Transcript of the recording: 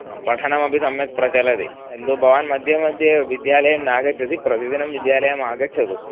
हा पठनमपि सम्यक् प्रचलति किन्तु भवान् मध्ये मध्ये विद्यालयं नागच्छति प्रतिदिनं विद्यालयम् आगच्छतु